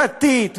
דתית,